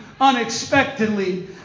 unexpectedly